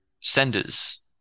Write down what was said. senders